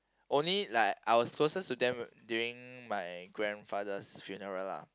only like I was closest to them during my grandfather's funeral lah